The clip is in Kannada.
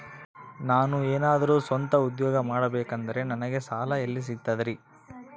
ನಾನು ಏನಾದರೂ ಸ್ವಂತ ಉದ್ಯೋಗ ಮಾಡಬೇಕಂದರೆ ನನಗ ಸಾಲ ಎಲ್ಲಿ ಸಿಗ್ತದರಿ?